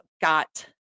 Got